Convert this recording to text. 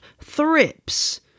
thrips